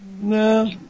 No